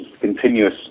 continuous